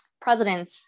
president